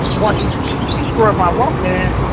once you destroy my walkman,